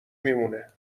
میمونه